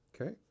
Okay